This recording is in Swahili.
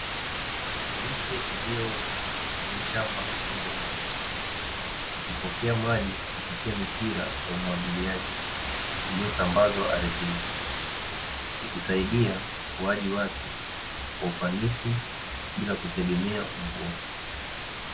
Miche iliyoota kwenye shamba lenye rutuba, ikipokea maji kupitia mipira ya umwagiliaji iliyosambazwa ardhini, ikisaidia ukuaji wake kwa ufanisi bila kutegemea udongo.